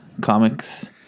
Comics